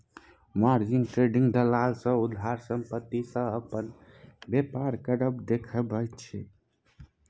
margin trading दलाल सँ उधार संपत्ति सँ अपन बेपार करब केँ देखाबैत छै